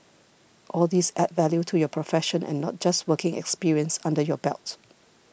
all these add value to your profession and not just working experience under your belt